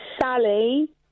Sally